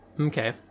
Okay